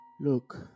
Look